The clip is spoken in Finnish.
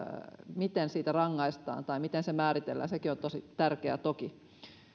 miten siitä rangaistaan tai miten se määritellään sekin on tosi tärkeää toki